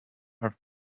are